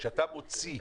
כשאתה מוציא,